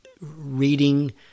reading